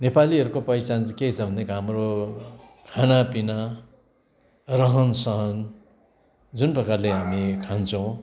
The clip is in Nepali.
नेपालीहरूको पहिचान चाहिँ के छ भन्दा हाम्रो खानापिना रहनसहन जुन प्रकारले हामी खान्छौँ